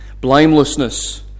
Blamelessness